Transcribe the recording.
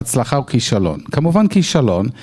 הצלחה וכישלון, כמובן כישלון.